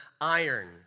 iron